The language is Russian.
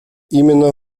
именно